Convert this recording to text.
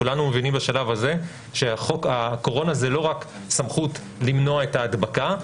כולנו מבינים בשלב הזה שחוק הקורונה זה לא רק סמכות למנוע את ההדבקה,